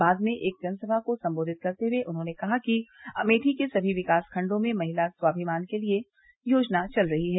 बाद में एक जनसभा को संबोधित करते हुए उन्होंने कहा कि अमेठी के सभी विकासखंडों में महिला स्वाभिमान के लिए योजना चल रही है